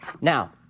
Now